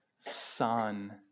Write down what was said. son